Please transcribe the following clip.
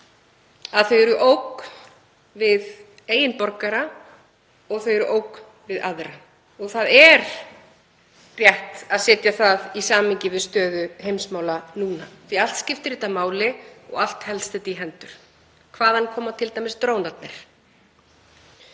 að þau eru ógn við eigin borgara og þau eru ógn við aðra. Það er rétt að setja það í samhengi við stöðu heimsmála núna því að allt skiptir þetta máli og allt helst þetta í hendur. Hvaðan koma t.d. drónarnir?